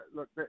Look